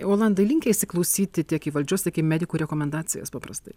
olandai linkę įsiklausyti tiek į valdžios tiek į medikų rekomendacijas paprastai